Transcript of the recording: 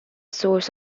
source